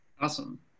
Awesome